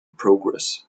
progress